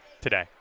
today